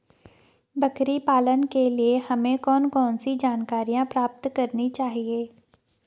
बकरी पालन के लिए हमें कौन कौन सी जानकारियां प्राप्त करनी चाहिए?